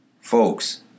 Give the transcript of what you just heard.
Folks